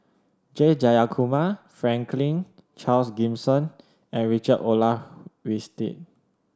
J Jayakumar Franklin Charles Gimson and Richard Olaf Winstedt